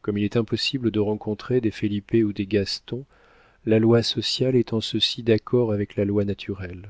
comme il est impossible de rencontrer des felipe ou des gaston la loi sociale est en ceci d'accord avec la loi naturelle